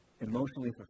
emotionally